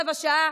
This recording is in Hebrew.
רבע שעה,